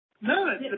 No